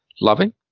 loving